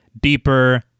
deeper